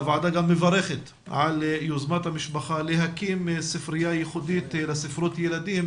הוועדה גם מברכת על יוזמת המשפחה להקים ספרייה ייחודית לספרות ילדים